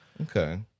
okay